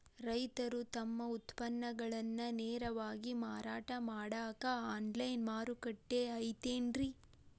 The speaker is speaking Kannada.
ರೈತರು ತಮ್ಮ ಉತ್ಪನ್ನಗಳನ್ನ ನೇರವಾಗಿ ಮಾರಾಟ ಮಾಡಾಕ ಆನ್ಲೈನ್ ಮಾರುಕಟ್ಟೆ ಐತೇನ್ರಿ?